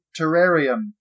terrarium